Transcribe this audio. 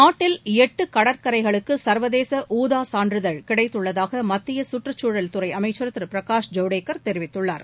நாட்டில் எட்டு கடற்கரைகளுக்கு சர்வதேச ஊதா சான்றிதழ் கிடைத்துள்ளதாக மத்திய கற்றுச்சூழல் துறை அமைச்சர் திருபிரகாஷ் ஜவடேகர் தெரிவித்துள்ளார்